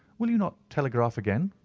will you not telegraph again?